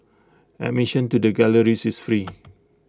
admission to the galleries is free